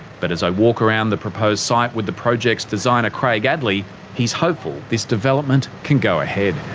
but as i walk around the proposed site with the project's designer craig addley he's hopeful this development can go ahead.